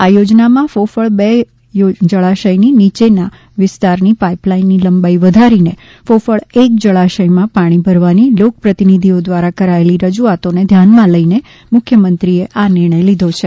આ યોજનામાં ફોફળ બે જળાશયની નીચેના વિસ્તારની પાઈપલાઈનની લંબાઈ વધારીને ફોફળ એક જળાશયમાં પાણી ભરવાની લોકપ્રતિનિધિઓ દ્વારા કરાયેલી રજૂઆતોને ધ્યાનમાં લઈ મુખ્યમંત્રી વિજય રૂપાણીએ આ નિર્ણય લીધો છે